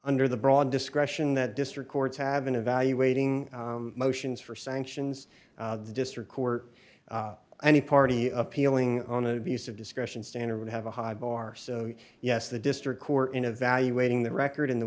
under the broad discretion that district courts have been evaluating motions for sanctions the district court any party appealing on abuse of discretion standard would have a high bar so yes the district court in evaluating the record in the